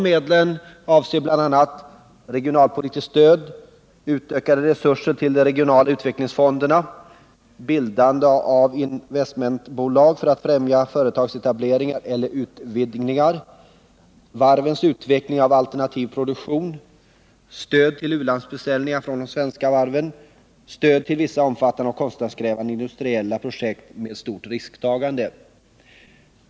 Medlen avser bl.a. regionalpolitiskt stöd, utökade resurser till de regionala utvecklingsfonderna, bildande av investmentbolag för att främja etableringar eller utvidgningar av företag, varvens utveckling av alternativ produktion, stöd till u-landsbeställningar från de svenska varven samt stöd till vissa omfattande och kostnadskrävande industriella projekt med stort risktagande.